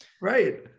Right